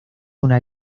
una